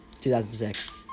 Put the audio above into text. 2006